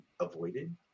avoided